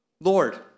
Lord